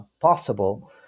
possible